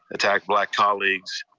attack black colleagues.